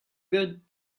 good